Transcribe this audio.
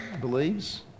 believes